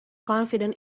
confident